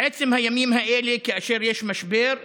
בעצם הימים האלה, כאשר יש משבר,